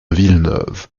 villeneuve